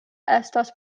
estas